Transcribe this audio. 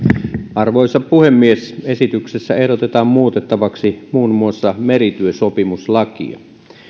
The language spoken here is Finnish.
arvoisa puhemies esityksessä ehdotetaan muutettavaksi muun muassa merityösopimuslakia